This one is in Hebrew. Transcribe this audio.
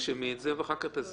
תרשמי את זה ואחר כך תסבירי.